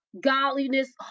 godliness